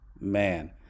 Man